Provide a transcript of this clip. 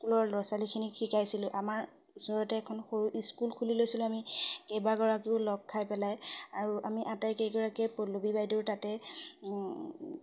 স্কুলৰ ল'ৰা ছোৱালীখিনিক শিকাইছিলোঁ আমাৰ ওচৰতে এখন সৰু স্কুল খুলি লৈছিলোঁ আমি কেইবাগৰাকীও লগ খাই পেলাই আৰু আমি আটাই কেইগৰাকীয়ে পল্লৱী বাইদেউৰ তাতে